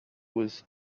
was